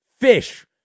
fish